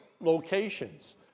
locations